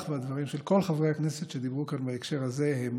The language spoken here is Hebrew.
והדברים של כל חברי הכנסת שדיברו כאן בהקשר הזה הם